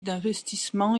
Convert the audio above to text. d’investissements